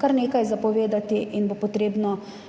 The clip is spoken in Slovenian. kar nekaj za povedati in bo potrebno